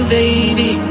baby